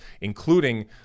including